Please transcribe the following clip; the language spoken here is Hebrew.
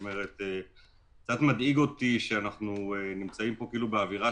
קצת מדאיג אותי שאנחנו נמצאים פה באווירה